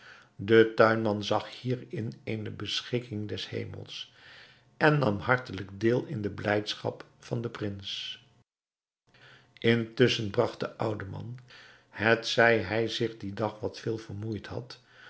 de tuinman zag hierin eene beschikking des hemels en nam hartelijk deel in de blijdschap van den prins intusschen bragt de oude man hetzij dat hij zich dien dag wat veel vermoeid had